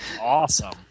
Awesome